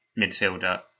midfielder